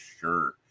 sure